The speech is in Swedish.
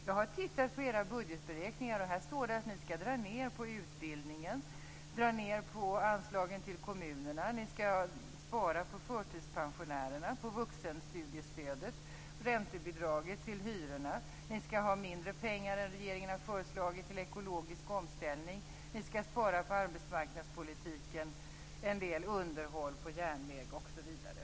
Jag har tittat på era budgetberäkningar. Här står det att ni skall dra ned på utbildningen. Ni skall dra ned på anslagen till kommunerna. Ni skall spara på förtidspensionärerna, vuxenstudiestödet och räntebidraget till hyrorna. Ni skall ha mindre pengar än regeringen har föreslagit till ekologisk omställning. Ni skall spara på arbetsmarknadspolitiken, en del underhåll på järnväg osv.